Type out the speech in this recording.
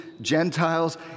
Gentiles